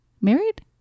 married